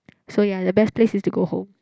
so ya the best place is to go home